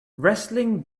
wrestling